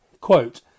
Quote